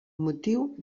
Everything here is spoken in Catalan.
motiu